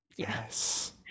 Yes